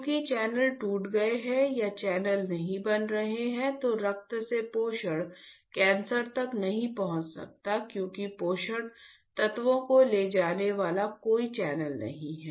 क्योंकि चैनल टूट गए हैं या चैनल नहीं बन रहे हैं तो रक्त से पोषण कैंसर तक नहीं पहुंच सकता क्योंकि पोषक तत्वों को ले जाने वाला कोई चैनल नहीं है